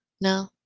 No